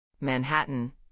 Manhattan